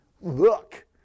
Look